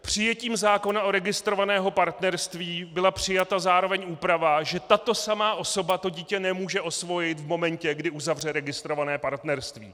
Přijetím zákona o registrovaném partnerství byla přijata zároveň úprava, že tato samá osoba nemůže osvojit dítě v momentě, kdy uzavře registrované partnerství.